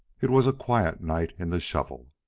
it was a quiet night in the shovel.